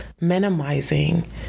minimizing